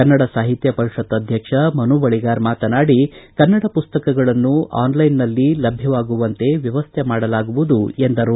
ಕನ್ನಡ ಸಾಹಿತ್ಯ ಪರಿಷತ್ ಅಧ್ಯಕ್ಷ ಮನುಬಳಿಗಾರ ಮಾತನಾಡಿ ಕನ್ನಡ ಪುಸ್ತಕಗಳು ಆನ್ಲೈನ್ನಲ್ಲಿ ಸಿಗುವಂತೆ ವ್ಯವಸ್ಥೆ ಮಾಡಲಾಗುವುದು ಎಂದರು